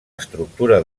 estructura